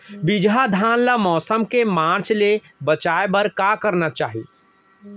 बिजहा धान ला मौसम के मार्च ले बचाए बर का करना है?